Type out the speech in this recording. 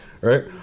right